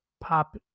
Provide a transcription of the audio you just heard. pop